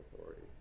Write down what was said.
authority